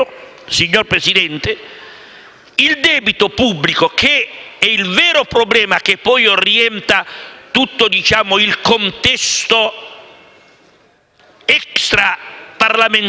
signor Presidente, il debito pubblico, che è il vero problema che poi orienta tutto il contesto extraparlamentare,